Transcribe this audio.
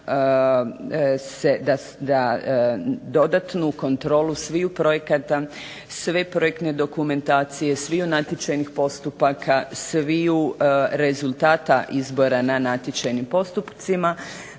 da dodatnu kontrolu sviju projekata, sve projektne dokumentacije, sviju natječajnih postupaka, sviju rezultata izbora na natječajnim postupcima